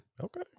Okay